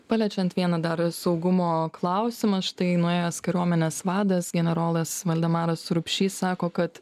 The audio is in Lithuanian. paliečiant vieną dar saugumo klausimą štai naujas kariuomenės vadas generolas valdemaras rupšys sako kad